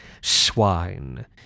swine